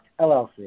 LLC